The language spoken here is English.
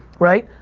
right?